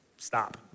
stop